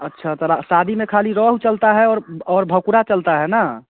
अच्छा तो रा शादी में ख़ाली रोहू चलती है और और भाकुड़ चलती है ना